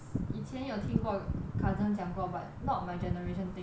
以前有听过 cousin 讲过 but not my generation thing eh